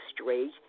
straight